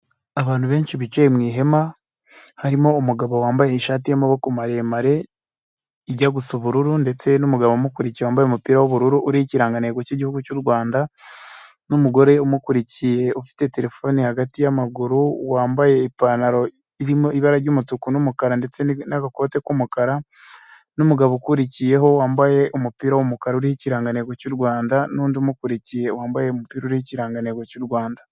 Abantu benshi bicaye mu ihema, harimo umugabo wambaye ishati y'amaboko maremare, ijya gusa ubururu ndetse n'umugabo umukurikira wambaye umupira w'ubururu uriho ikirangantego k'igihugu cy'u rwanda n'umugore ufite terefone hagati y'amaguru wambaye ipantaro irimo ibara ry'umutuku n'umukara n'agakote k'umukara n' numugabo ukurikiyeho wambaye umupira wumukara uri ikirangantego cy'u rwanda n'undi umukurikiye wambaye umupira uriho ikirangantego cy'u rwanda.